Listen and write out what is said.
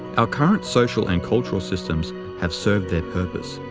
our current social and cultural systems have served their purpose.